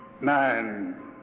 nine